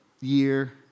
year